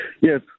Yes